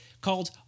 called